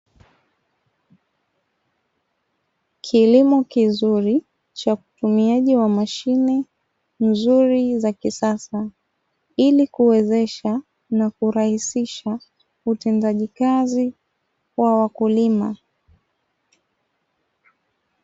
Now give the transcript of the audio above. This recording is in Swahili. Kilimo kizuri cha utumiaji wa mashine nzuri za kisasa ili kuwezesha na kurahisisha utendaji kazi kwa wakulima.